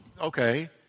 okay